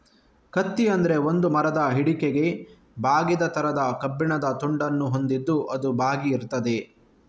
ಕತ್ತಿ ಅಂದ್ರೆ ಒಂದು ಮರದ ಹಿಡಿಕೆಗೆ ಬಾಗಿದ ತರದ ಕಬ್ಬಿಣದ ತುಂಡನ್ನ ಹೊಂದಿದ್ದು ಅದು ಬಾಗಿ ಇರ್ತದೆ